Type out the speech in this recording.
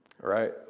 right